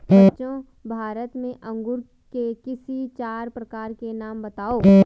बच्चों भारत में अंगूर के किसी चार प्रकार के नाम बताओ?